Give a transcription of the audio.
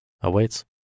awaits